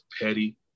petty